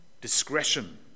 Discretion